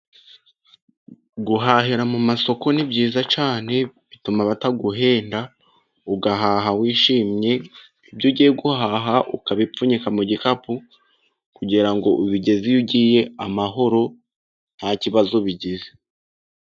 Guhahira mu masoko ni byiza cyane bituma bataguhenda, ugahaha wishimye, ibyo ugiye guhaha ukabipfunyika mu gikapu kugirango ubigeze iyo ugiye amahoro, ntakibazo bigize.